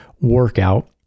workout